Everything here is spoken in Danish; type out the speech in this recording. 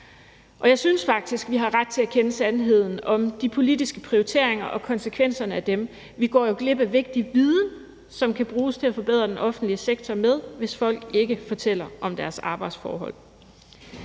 Og jeg synes faktisk, at vi har ret til at kende sandheden om de politiske prioriteringer og konsekvenser af dem. Vi går jo glip af vigtig viden, som kan bruges til at forbruge den offentlige sektor med, hvis folk ikke fortæller om deres arbejdsforhold.